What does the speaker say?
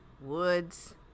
woods